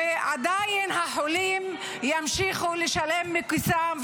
ועדיין החולים ימשיכו לשלם מכיסם,